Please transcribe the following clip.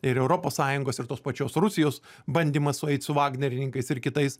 ir europos sąjungos ir tos pačios rusijos bandymas sueit su vagnerininkais ir kitais